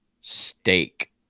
steak